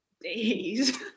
Days